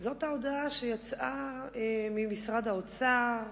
זאת ההודעה שיצאה ממשרד האוצר,